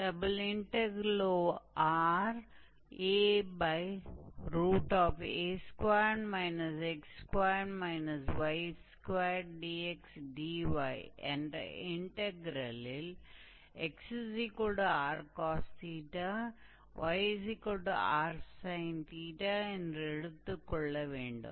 2Raa2 x2 y2 dxdy என்ற இன்டக்ரெலில் 𝑥𝑟cos𝜃 𝑦𝑟sin𝜃 என்று எடுத்துக் கொள்ள வேண்டும்